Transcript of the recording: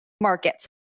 Markets